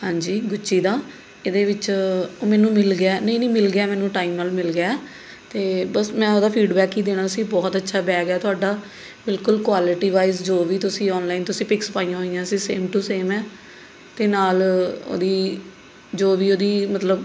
ਹਾਂਜੀ ਗੂੱਚੀ ਦਾ ਇਹਦੇ ਵਿੱਚ ਉਹ ਮੈਨੂੰ ਮਿਲ ਗਿਆ ਹੈ ਨਹੀਂ ਨਹੀਂ ਮਿਲ ਗਿਆ ਹੈ ਮੈਨੂੰ ਟਾਈਮ ਨਾਲ ਮਿਲ ਗਿਆ ਹੈ ਅਤੇ ਬਸ ਮੈਂ ਉਹਦਾ ਫੀਡਬੈਕ ਹੀ ਦੇਣਾ ਸੀ ਬਹੁਤ ਅੱਛਾ ਬੈਗ ਹੈ ਤੁਹਾਡਾ ਬਿਲਕੁਲ ਕੋਆਲੀਟੀ ਵਾਈਜ਼ ਜੋ ਵੀ ਤੁਸੀਂ ਔਨਲਾਈਨ ਤੁਸੀਂ ਪਿਕਸ ਪਾਈਆਂ ਹੋਈਆਂ ਸੀ ਸੇਮ ਟੂ ਸੇਮ ਹੈ ਅਤੇ ਨਾਲ ਉਹਦੀ ਜੋ ਵੀ ਉਹਦੀ ਮਤਲਬ